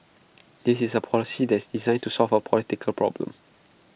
this is A policy that's designed to solve A political problem